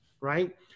right